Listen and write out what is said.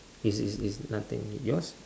is is is nothing yours